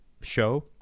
show